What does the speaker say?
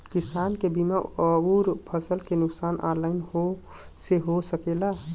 किसान के बीमा अउर फसल के नुकसान ऑनलाइन से हो सकेला?